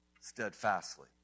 steadfastly